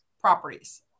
properties